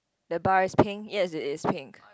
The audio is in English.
the bar is pink yes it is pink